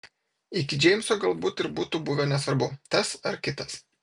iki džeimso galbūt ir būtų buvę nesvarbu tas ar kitas